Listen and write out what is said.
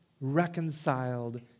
reconciled